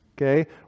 okay